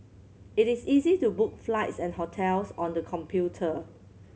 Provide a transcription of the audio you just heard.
it is easy to book flights and hotels on the computer